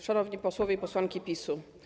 Szanowni Posłowie i Posłanki PiS-u!